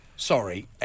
Sorry